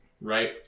right